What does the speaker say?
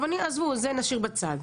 עזבו, את זה נשאיר בצד.